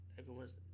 everyone's